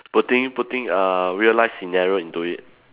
putting putting uh real life scenario into it